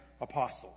apostle